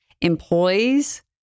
employees